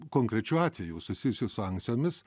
konkrečių atvejų susijusių sankcijomis